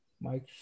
Mike